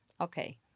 okay